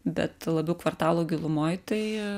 bet labiau kvartalo gilumoj tai